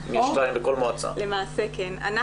למעשה כן.